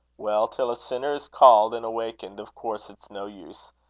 well, till a sinner is called and awakened, of course it's no use.